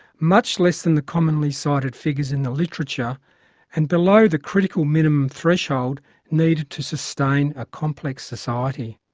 much less than the commonly cited figures in the literature and below the critical minimum threshold needed to sustain a complex society.